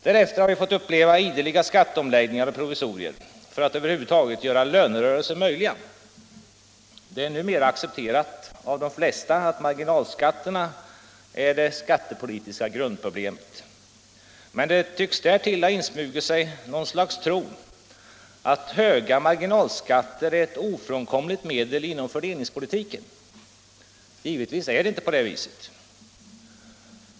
Därefter har vi fått uppleva ideliga skatteomläggningar och provisorier för att över huvud taget göra lönerörelser möjliga. Det är numera accepterat av de flesta att marginalskatterna är det skattepolitiska grundproblemet. Men det tycks därtill ha insmugit sig något slags tro att höga marginalskatter är ett ofrånkomligt medel inom fördelningspolitiken. Givetvis är det inte på det sättet.